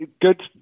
Good